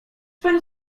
pan